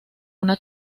una